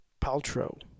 Paltrow